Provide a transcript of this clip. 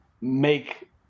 make